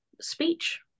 speech